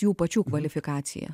jų pačių kvalifikacija